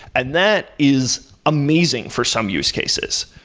and that is amazing for some use cases.